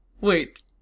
Wait